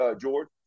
George